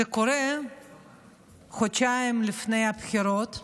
זה קורה חודשיים לפני הבחירות,